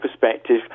perspective